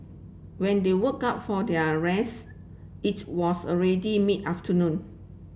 when they woke up for their rest it was already mid afternoon